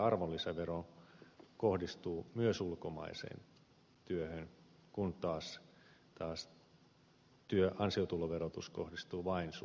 arvonlisävero kohdistuu myös ulkomaiseen työhön kun taas ansiotuloverotus kohdistuu vain suomalaiseen työhön